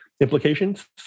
implications